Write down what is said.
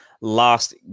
last